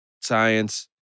science